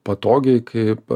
patogiai kaip